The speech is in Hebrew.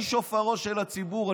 אני שופרו של הציבור,